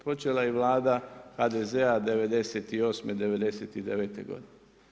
Počela je i Vlada HDZ-a '98., '99. godine.